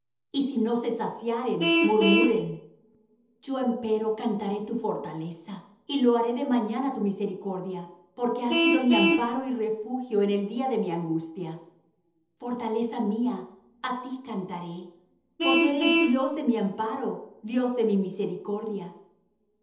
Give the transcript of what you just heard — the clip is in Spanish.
y si no se saciaren murmuren yo empero cantaré tu fortaleza y loaré de mañana tu misericordia porque has sido mi amparo y refugio en el día de mi angustia fortaleza mía á ti cantaré porque eres dios de mi amparo dios de mi misericordia al